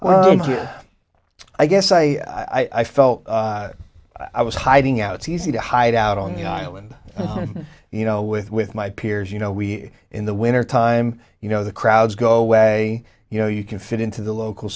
know i guess i i felt i was hiding out it's easy to hide out on the island you know with with my peers you know we in the winter time you know the crowds go away you know you can fit into the local